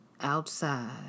outside